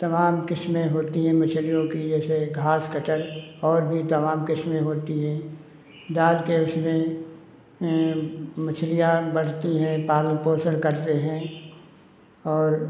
तमाम किस्में होती हैं मछलियों की जैसे घास कटल और भी तमाम किस्में होती हैं डाल के उसमें मछलियाँ बढ़ती हैं पालन पोषण करते हैं और